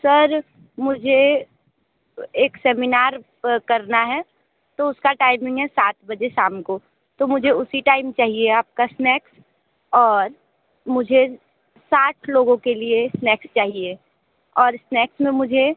sir मुझे एक seminar करना है तो उसका टाइमिंग है सात बजे शाम को तो मुझे उसी टाइम चाहिए आपका स्नैक्स और मुझे साठ लोगों लिए स्नैक्स चाहिए और स्नैक्स में मुझे